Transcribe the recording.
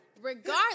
Regardless